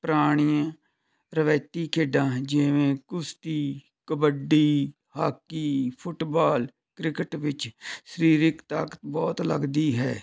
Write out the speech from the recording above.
ਪੁਰਾਣੀਆਂ ਰਵਾਇਤੀ ਖੇਡਾਂ ਜਿਵੇਂ ਕੁਸ਼ਤੀ ਕਬੱਡੀ ਹਾਕੀ ਫੁੱਟਬਾਲ ਕ੍ਰਿਕਟ ਵਿੱਚ ਸਰੀਰਕ ਤਾਕਤ ਬਹੁਤ ਲੱਗਦੀ ਹੈ